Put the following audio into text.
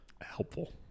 helpful